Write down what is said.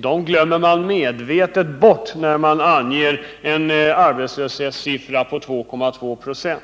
Dem glömmer man medvetet bort när man anger en arbetslöshet på 2,2 6.